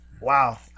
wow